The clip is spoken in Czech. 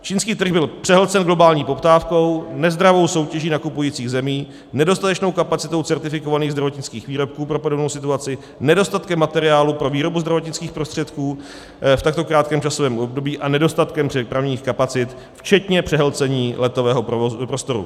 Čínský trh byl přehlcen globální poptávkou, nezdravou soutěží nakupujících zemí, nedostatečnou kapacitou certifikovaných zdravotnických výrobků pro podobnou situaci, nedostatkem materiálu pro výrobu zdravotnických prostředků v takto krátkém časovém období a nedostatkem přepravních kapacit včetně přehlcení letového prostoru.